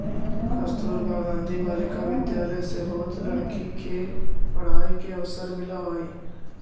कस्तूरबा गांधी बालिका विद्यालय से बहुत लड़की के पढ़ाई के अवसर मिलऽ हई